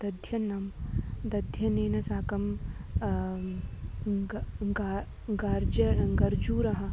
दध्यन्नं दध्यन्नेन साकं ग् गा गर्जरं गर्जरं